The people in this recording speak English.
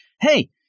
hey